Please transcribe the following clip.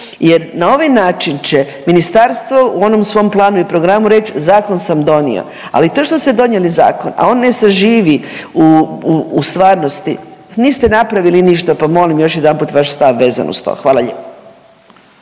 jer na ovaj način će ministarstvo u onom svom planu i programu reći zakon sam donio. Ali to što ste donijeli zakon a on ne saživi u stvarnosti niste napravili ništa pa molim još jedanput vaš stav vezan uz to. Hvala lijepa.